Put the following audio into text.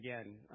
again